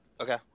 okay